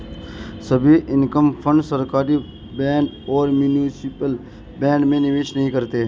सभी income fund सरकारी bond और म्यूनिसिपल बॉन्ड में निवेश नहीं करते हैं